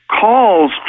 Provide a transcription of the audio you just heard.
calls